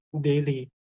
daily